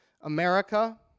America